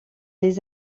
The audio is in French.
les